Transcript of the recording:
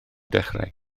dechrau